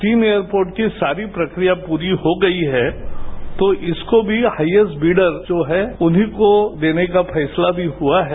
तीन एयरपोर्ट की सारी प्रक्रिया पूरी हो गई है तो इसको भी हाईस्ट बीडर जो है उन्हीं को देने का फैसला भी हुआ है